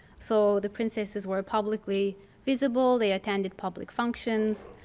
so the princesses were publicly visible. they attended public functions.